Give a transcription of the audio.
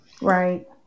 right